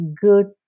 good